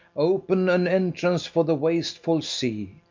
open an entrance for the wasteful sea,